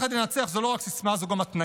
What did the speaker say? "יחד ננצח" זה לא רק סיסמה, זה גם התניה: